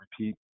repeat